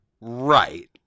Right